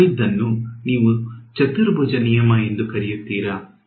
ನಾವು ಮಾಡಿದ್ದನ್ನು ನೀವು ಚತುರ್ಭುಜ ನಿಯಮ ಎಂದು ಕರೆಯುತ್ತೀರಾ